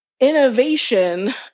innovation